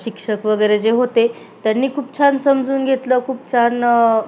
शिक्षक वगैरे जे होते त्यांनी खूप छान समजून घेतलं खूप छान